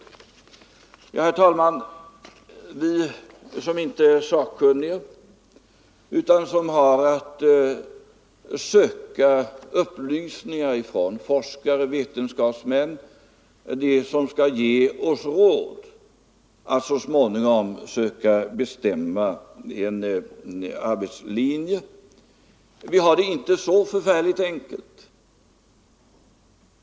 Herr talman! Vi som inte är sakkunniga utan som har att söka upplysningar från forskare och vetenskapsmän, från dem som skall ge oss råd att så småningom bestämma en arbetslinje, vi har det inte så förfärligt enkelt.